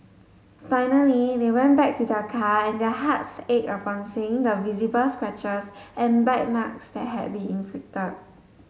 finally they went back to their car and their hearts ached upon seeing the visible scratches and bite marks that had been inflicted